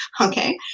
Okay